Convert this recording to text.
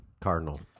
Cardinal